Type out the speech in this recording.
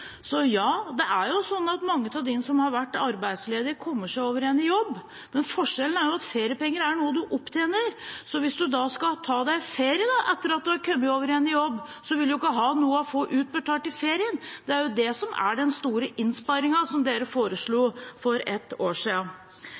igjen, men forskjellen er at feriepenger er noe en tjener opp. Hvis en da skal ta seg ferie etter at en har kommet over i jobb igjen, vil en ikke få noe utbetalt i ferien. Det er det som er den store innsparingen som regjeringen foreslo for ett år